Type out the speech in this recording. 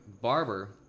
Barber